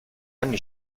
anni